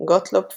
גוטלוב פרגה,